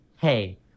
hey